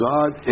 God